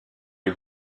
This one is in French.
est